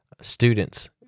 students